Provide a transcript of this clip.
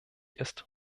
ist